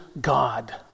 God